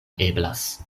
eblas